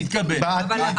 יתקבל בעתיד.